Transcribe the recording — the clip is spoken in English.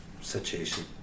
situation